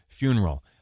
funeral